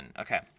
okay